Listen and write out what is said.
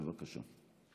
בבקשה.